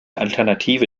alternative